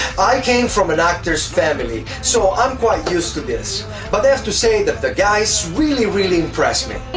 i came from an actors family so i'm quite used to this, but i have to say that the guys really really impressed me,